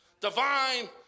Divine